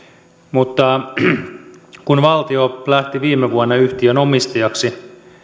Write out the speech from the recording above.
mutta kun valtio lähti viime vuonna yhtiön omistajaksi